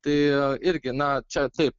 tai irgi na čia taip